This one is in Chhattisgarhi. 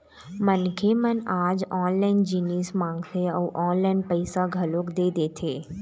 मनखे मन आज ऑनलाइन जिनिस मंगाथे अउ ऑनलाइन पइसा घलोक दे देथे